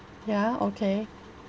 ya okay